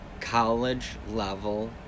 college-level